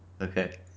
Okay